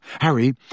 Harry